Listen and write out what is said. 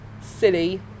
silly